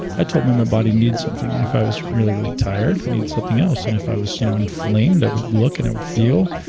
told me my body needed something. and if i was really, really tired, i needed something else. and if i was you know inflamed, i would look and i would feel,